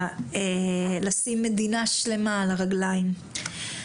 לשים מדינה שלמה על הרגליים.